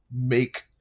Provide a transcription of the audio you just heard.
make